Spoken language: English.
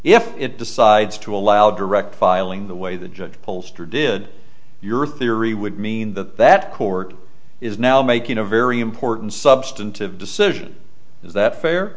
if it decides to allow direct filing the way the judge pollster did your theory would mean that that court is now making a very important substantive decision is that fair